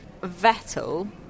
Vettel